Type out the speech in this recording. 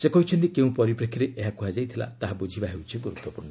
ସେ କହିଛନ୍ତି କେଉଁ ପରିପ୍ରେକ୍ଷୀରେ ଏହା କ୍ରହାଯାଇଥିଲା ତାହା ବୁଝିବା ହେଉଛି ଗୁରୁତ୍ୱପୂର୍ଣ୍ଣ